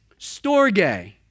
storge